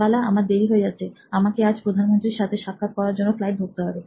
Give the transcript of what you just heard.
বালা আমার দেরি হয়ে যাচ্ছে আমাকে আজ প্রধানমন্ত্রীর সাথে সাক্ষাত করার জন্য ফ্লাইট ধরতে হবে